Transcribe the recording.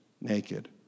naked